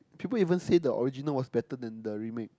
people even say the original was better than the remake